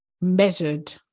measured